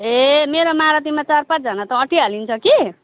ए मेरो मारुतिमा चार पाँचजना त आँटिहालिन्छ कि